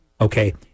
Okay